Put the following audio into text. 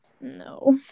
No